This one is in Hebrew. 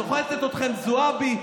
סוחטת אתכם זועבי.